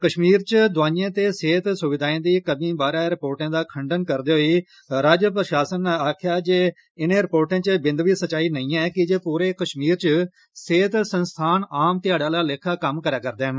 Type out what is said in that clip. कश्मीर च दुआइएं ते सेह्त सुविधाएं दी कमी बारे रिपोर्टें दा खंडन करदे होई राज्य प्रशासन नै आक्खेआ जे इने रिपोर्टे च बिंद बी सच्चाई नेई ऐ की जे पूरे कश्मीर च सेहत संस्थान आम ध्याड़े आला लेखा व्यस्त न